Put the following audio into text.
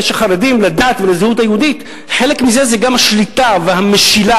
אלה שחרדים לדת ולזהות היהודית: חלק מזה זה גם השליטה והמשילה